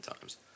times